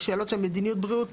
בשאלות של מדיניות בריאות.